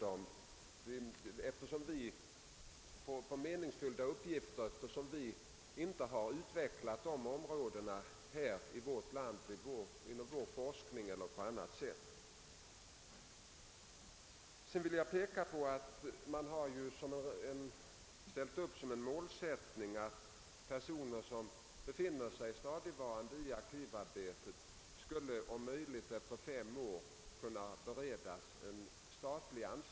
Det är inte lätt att finna meningsfyllda uppgifter för sådana människor, om vi inte i vårt land har utvecklat de områden som de behärskar, om vi inte har en sådan forskning som de sysslat med etc. En målsättning är att personer som stadigvarande sysselsätts med arkivarbete efter fem år skall beredas statlig anställning om detta är möjligt.